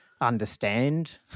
understand